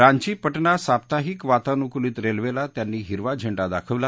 रांची पटना साप्ताहिक वातानुकुलित रेल्वेला त्यांनी हिरवा झेंडा दाखवला